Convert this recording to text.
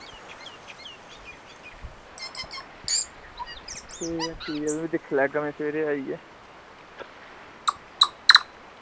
ठीक ऐ ठीक ऐ में भी दिक्खी लैगा सबेरै आइयै